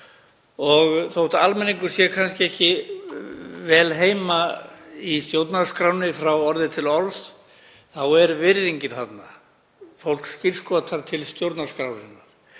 Þó að almenningur sé kannski ekki vel heima í stjórnarskránni frá orði til orðs þá er virðingin þarna, fólk skírskotar til stjórnarskrárinnar.